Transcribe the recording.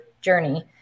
journey